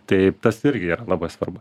taip tas irgi yra labai svarbu